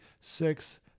six